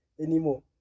anymore